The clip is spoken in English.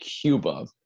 Cuba